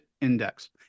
index